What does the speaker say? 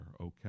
Okay